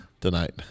tonight